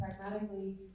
pragmatically